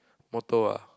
motto ah